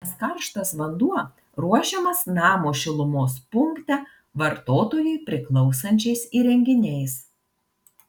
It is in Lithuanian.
nes karštas vanduo ruošiamas namo šilumos punkte vartotojui priklausančiais įrenginiais